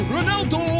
Ronaldo